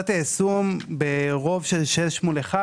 למסקנה ברוב של שבעה מול אחד,